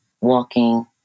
walking